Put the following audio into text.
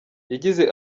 yagize